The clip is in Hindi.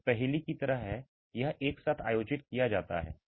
तो यह है यह एक पहेली की तरह है और यह एक साथ आयोजित किया जाता है